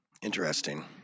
interesting